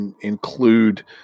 include